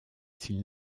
s’ils